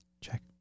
Check